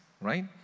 right